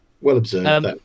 Well-observed